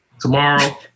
tomorrow